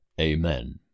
Amen